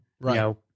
Right